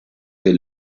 der